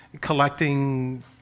collecting